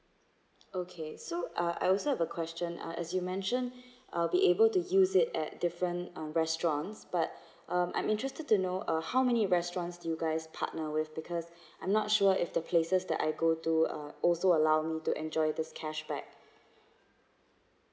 okay so uh I also have a question uh as you mentioned I'll be able to use it at different uh restaurants but uh I'm interested to know uh how many restaurants do guys partner with because I'm not sure if the places that I go to uh also allow me to enjoy this cash back